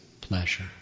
pleasure